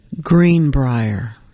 Greenbrier